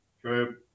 True